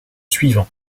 suivants